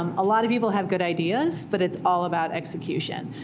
um a lot of people have good ideas, but it's all about execution.